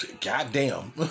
goddamn